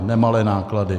Nemalé náklady.